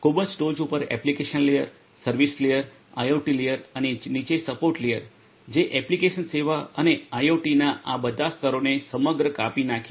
ખૂબ જ ટોચ પર application layer service layer IoT layer અને નીચે સપોર્ટ લેયર જે એપ્લિકેશન સેવા અને આઇઓટીના આ બધા સ્તરોને સમગ્ર કાપી નાખે છે